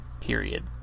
period